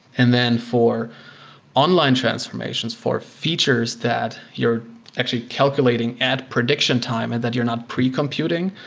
and then for online transformations, for features that you're actually calculating at prediction time and that you're not pre-computing,